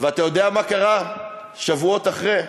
אתה יודע מה קרה שבועות אחרי?